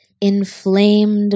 inflamed